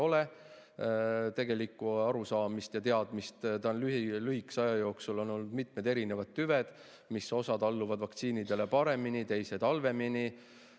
ole tegelikku arusaamist ja teadmist. Sellel on lühikese aja jooksul olnud mitmed erinevad tüved, millest osa allub vaktsiinidele paremini, teised halvemini.